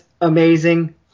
amazing